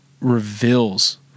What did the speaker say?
reveals